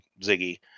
Ziggy